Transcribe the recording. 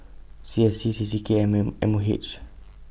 C S C C C K and M M O H